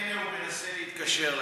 אולי בדקות אלה הוא מנסה להתקשר לאדוני.